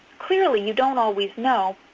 clearly, you don't always know,